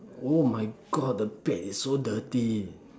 oh my god the bed is so dirty